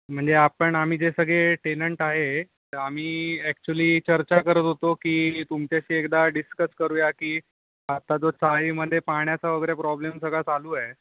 म्हणजे आपण आम्ही जे सगळे टेनंट आहे तर आम्ही ऍक्च्युली चर्चा करत होतो की तुमच्याशी एकदा डिसकस करूया की आता ज चाळीमध्ये पाण्याचा वगैरे प्रॉब्लेम सगळा चालू आहे